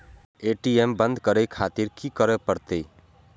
ATM बंद करें खातिर की करें परतें?